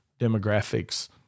demographics